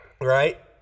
Right